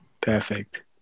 Perfect